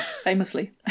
famously